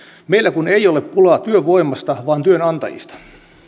meillä kun ei ole pulaa työvoimasta vaan työnantajista